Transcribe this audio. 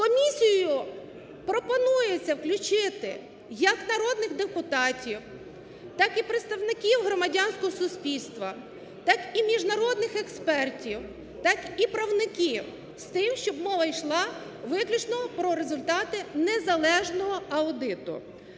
комісію пропонується включити як народних депутатів, так і представників громадянського суспільства, так і міжнародних експертів, так і правників, з тим щоб мова йшла виключно про результати незалежного аудиту.